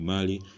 Mali